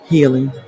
Healing